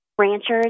ranchers